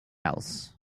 else